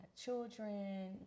children